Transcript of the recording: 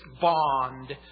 bond